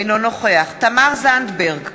אינו נוכח תמר זנדברג,